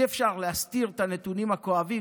אי-אפשר להסתיר את הנתונים הכואבים.